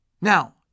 Now